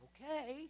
Okay